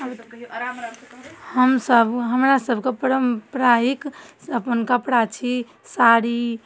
ताबे तक कहिऔ आराम आरामसँ कहबै हमसभ हमरासभके पारम्परिक अपन कपड़ा छी साड़ी